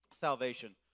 Salvation